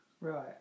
Right